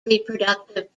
reproductive